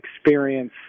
experience